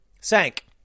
sank